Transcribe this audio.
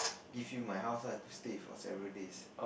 give you my house lah to stay for several days